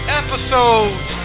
episodes